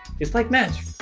it's like magic.